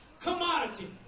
commodity